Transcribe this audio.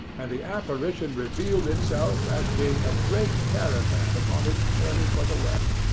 and the apparition revealed itself as being a great caravan upon its journey for the west.